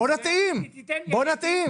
בוא נתאים כדי שזה יתאים לכולם.